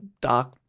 dark